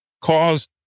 Cause